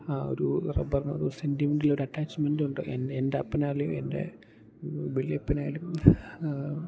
ആ ഒരു റബ്ബറിനൊരു സെൻ്റിമെൻ്റൽ ഒരറ്റാച്ച്മെൻ്റുണ്ട് എൻ്റെ എൻ്റെ അപ്പനായാലും എൻ്റെ വലിയപ്പനായാലും